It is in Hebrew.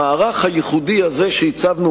המערך הייחודי הזה שהצבנו,